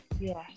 yes